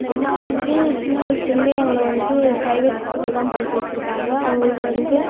அம்மா வந்து சின்ன வயசில் இருந்தே எங்களை வந்து ப்ரைவேட் ஸ்கூலில் தான் படிக்க வெச்சிருக்காங்க அவங்களுக்கு வந்து